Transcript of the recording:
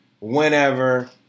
Whenever